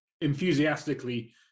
enthusiastically